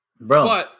Bro